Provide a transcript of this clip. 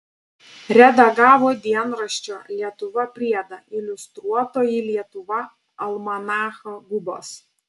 redagavo dienraščio lietuva priedą iliustruotoji lietuva almanachą gubos